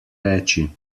reči